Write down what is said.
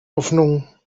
hoffnung